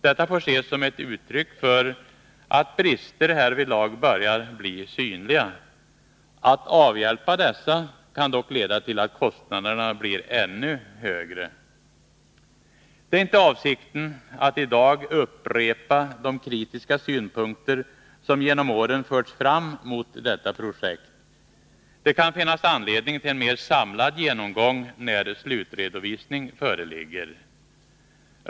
Detta får ses som ett uttryck för att brister härvidlag börjar bli synliga. Att avhjälpa dessa kan dock leda till att kostnaderna blir ännu högre. Det är inte avsikten att i dag upprepa de kritiska synpunkter som genom åren förts fram mot detta projekt. Det kan finnas anledning till en mer samlad genomgång när slutredovisning föreligger.